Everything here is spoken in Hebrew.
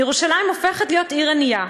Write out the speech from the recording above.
ירושלים הופכת להיות עיר ענייה,